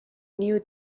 new